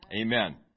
Amen